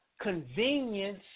convenience